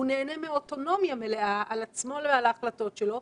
הוא נהנה מאוטונומיה מלאה על עצמו ועל ההחלטות שלו,